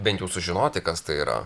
bent jau sužinoti kas tai yra